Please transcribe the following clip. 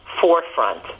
forefront